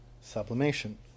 sublimation